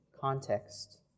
context